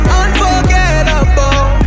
unforgettable